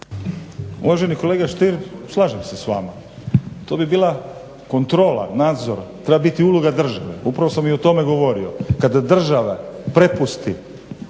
Uvaženi kolega STier slažem se s vama. To bi bila kontrola, nadzor. Treba biti uloga države. Upravo sam i o tome govorio kada država prepusti